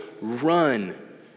run